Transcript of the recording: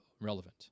relevant